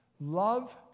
Love